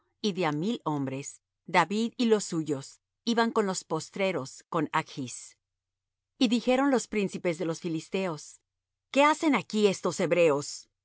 y de á mil hombres david y los suyos iban en los postreros con achs y dijeron los príncipes de los filisteos qué hacen aquí estos hebreos